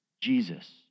Jesus